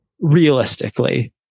realistically